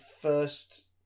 first